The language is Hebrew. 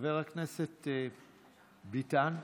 חבר הכנסת ביטן,